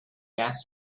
asked